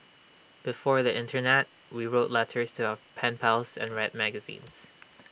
before the Internet we wrote letters to our pen pals and read magazines